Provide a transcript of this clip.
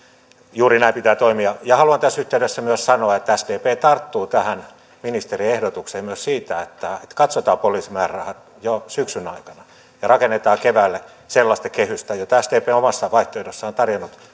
juuri näin pitää toimia haluan tässä yhteydessä myös sanoa että sdp tarttuu tähän ministerin ehdotukseen myös siitä että katsotaan poliisin määrärahat jo syksyn aikana ja rakennetaan keväälle sellaista kehystä jota sdp on omassa vaihtoehdossaan tarjonnut